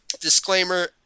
Disclaimer